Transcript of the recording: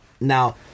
Now